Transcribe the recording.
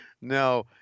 no